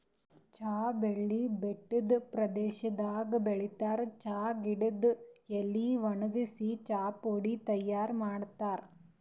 ಚಾ ಬೆಳಿ ಬೆಟ್ಟದ್ ಪ್ರದೇಶದಾಗ್ ಬೆಳಿತಾರ್ ಚಾ ಗಿಡದ್ ಎಲಿ ವಣಗ್ಸಿ ಚಾಪುಡಿ ತೈಯಾರ್ ಮಾಡ್ತಾರ್